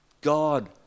God